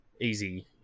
Easy